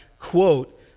quote